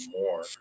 more